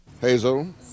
Hazel